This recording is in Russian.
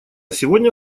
сегодня